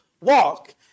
walk